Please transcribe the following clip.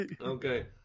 Okay